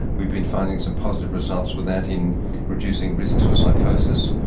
we've been finding some positive results with that in reducing risks for psychosis.